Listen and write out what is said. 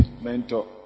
mentor